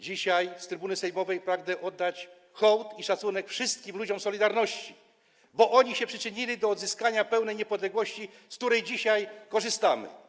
Dzisiaj z trybuny sejmowej pragnę oddać hołd i szacunek wszystkim ludziom „Solidarności”, bo oni przyczynili się do odzyskania pełnej niepodległości, z której dzisiaj korzystamy.